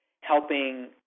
helping